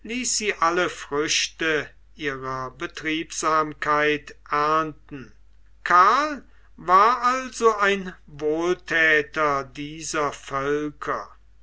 sie alle früchte ihrer betriebsamkeit ernten karl war also ein wohlthäter dieser völker